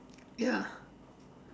ya